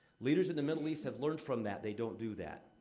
leaders of the middle east have learned from that they don't do that.